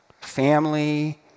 family